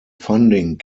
funding